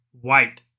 white